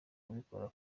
kubikora